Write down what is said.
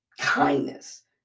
kindness